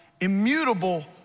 immutable